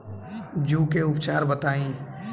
जूं के उपचार बताई?